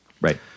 Right